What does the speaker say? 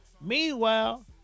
Meanwhile